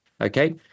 Okay